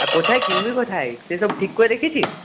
আর কোথায় কিনবি কোথায় সেই সব ঠিক করে রেখেছিস